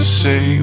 say